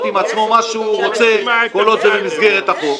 עם עצמו מה שהוא רוצה כל עוד זה במסגרת החוק,